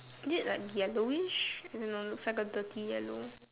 is it like yellowish I don't know looks like a dirty yellow